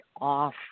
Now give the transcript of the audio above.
off